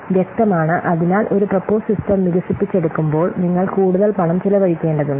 വ്യക്തമാണ് അതിനാൽ ഒരു പ്രൊപ്പോസ് സിസ്റ്റം വികസിപ്പിച്ചെടുക്കുമ്പോൾ നിങ്ങൾ കൂടുതൽ പണം ചെലവഴിക്കേണ്ടതുണ്ട്